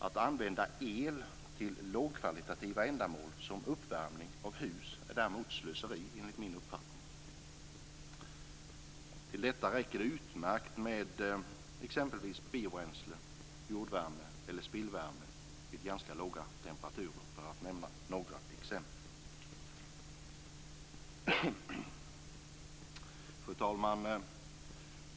Att använda el till lågkvalitativa ändamål, som uppvärmning av hus, är däremot slöseri, enligt min uppfattning. Till detta räcker det utmärkt med t.ex. biobränsle, jordvärme eller spillvärme vid ganska låga temperaturer. Fru talman!